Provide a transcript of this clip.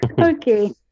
Okay